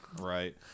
Right